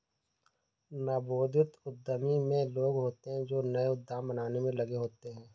नवोदित उद्यमी वे लोग होते हैं जो नए उद्यम बनाने में लगे होते हैं